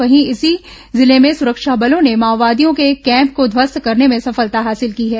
वहीं इसी जिले में सुरक्षा बलों ने माओवादियों के एक कैम्प को ध्वस्त करने में सफलता हासिल की है